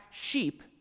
sheep